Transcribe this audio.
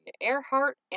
Earhart